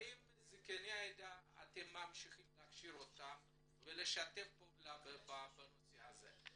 האם אתם ממשיכים להכשיר את זקני העדה ולשתף פעולה בנושא הזה?